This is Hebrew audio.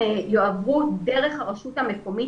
יועברו דרך הרשות המקומית,